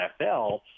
NFL